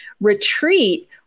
retreat